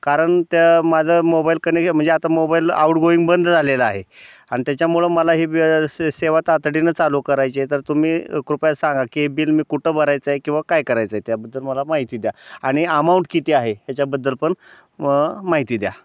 कारण त्या माझं मोबाईल कनेक म्हणजे आता मोबाईल आउटगोईंग बंद झालेलं आहे आणि त्याच्यामुळं मला ही बि सेवा तातडीनं चालू करायची आहे तर तुम्ही कृपया सांगा की बिल मी कुठं भरायचं आहे किंवा काय करायचं आहे त्याबद्दल मला माहिती द्या आणि अमाऊंट किती आहे ह्याच्याबद्दल पण मग माहिती द्या